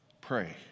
Pray